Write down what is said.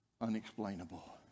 unexplainable